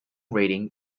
reading